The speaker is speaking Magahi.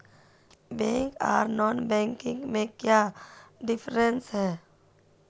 बैंक आर नॉन बैंकिंग में क्याँ डिफरेंस है?